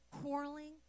quarreling